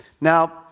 Now